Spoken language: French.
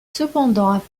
cependant